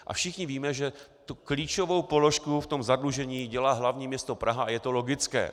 A všichni víme, že klíčovou položku v zadlužení dělá hlavní město Praha, a je to logické.